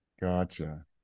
gotcha